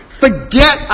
forget